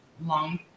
long